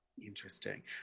Interesting